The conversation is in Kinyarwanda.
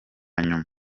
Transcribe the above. nyuma